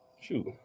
Shoot